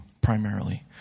primarily